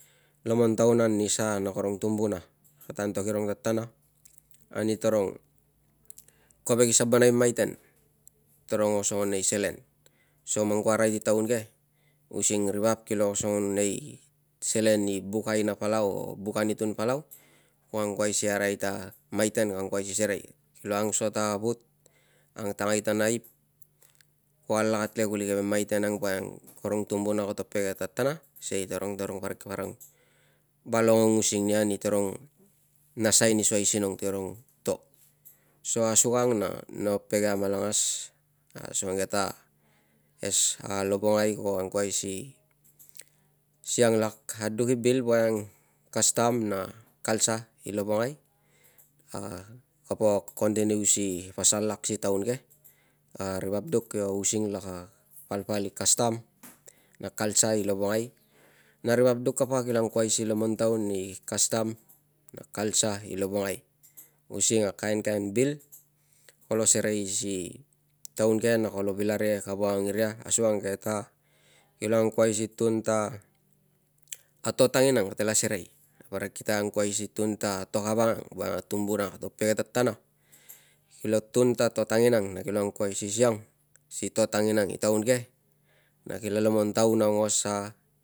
Iomon taun ani sa na karung tumbuna kota antok irung tata ani tarung kovek i sabonai maiten tarung osongon nei selen. So man ku arai nei taun ke using ri vap kila buk osongon nei selen i buk aina palau buk anutun palau ku arai ta maiten ka angkuai si serei ang so ta vut ang tangai ko alakat le kuli karung tumbo koto ang le si pege tatana si kei tarung parik tarung pa longong using ia nasai ni soisinong si karung to so asukang na pege amalangas, asunge ta as lavongoi ko akuai si siang lak aduk i bil voiang custom na culture i lovongoi kapo continue si pasal iak si taun ke ari vap duk kuo using iak a pasin i kastam na kalsa i lavongai nari vap duk kapa kila ang kuai si lomontaun ani culture i lavongai using a kaen kaen bil kolo serei si taun ke na kolo angkuai si vil arikek ani ri vap. A to tanginang kolo serei na parik kipa tun ta to kavang ang voiang a tumbuna koto pege tatana. Kilo tun ta to tanginang na kilo lomon tuan asa.